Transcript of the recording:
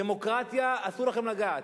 דמוקרטיה, אסור לכם לגעת.